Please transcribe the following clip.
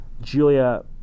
Julia